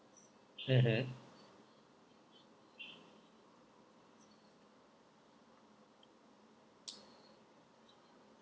mmhmm